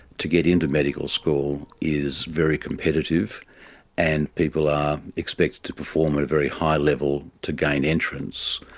to get into medical school is very competitive and people are expected to perform at a very high level to gain entrance.